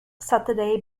saturday